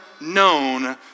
known